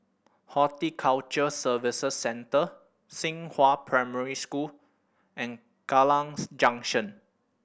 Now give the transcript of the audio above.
Horticulture Services Centre Xinghua Primary School and Kallang Junction